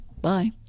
bye